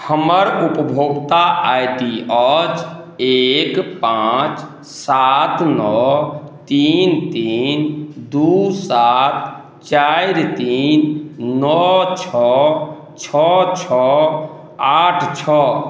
हमर उपभोक्ता I D अछि एक पॉँच सात नओ तीन तीन दू सात चारि तीन नओ छओ छओ छओ आठ छओ